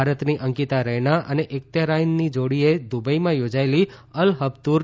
ભારતની અંકિતા રૈના અને એકતેરાઈનની જોડીએ દુબઈમાં યોજાયેલી અલહબતૂર